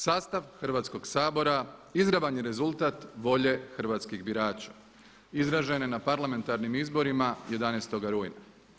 Sastav Hrvatskog sabora izravan je rezultat volje hrvatskih birača izražene na parlamentarnim izborima 11. rujna.